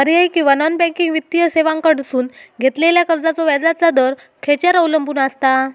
पर्यायी किंवा non banking वित्तीय सेवांकडसून घेतलेल्या कर्जाचो व्याजाचा दर खेच्यार अवलंबून आसता?